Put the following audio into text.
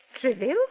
Trivial